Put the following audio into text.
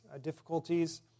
difficulties